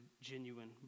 genuine